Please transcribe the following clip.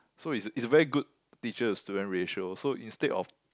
so is is a very good teacher to student ratio so instead of